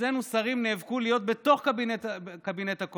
אצלנו שרים נאבקו להיות בתוך קבינט הקורונה,